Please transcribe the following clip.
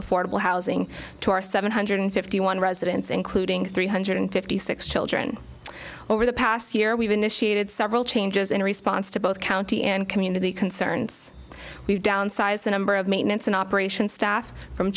affordable housing to our seven hundred fifty one residents including three hundred fifty six children over the past year we've initiated several changes in response to both county and community concerns we downsized the number of maintenance and operation staff from